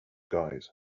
guys